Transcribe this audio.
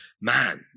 man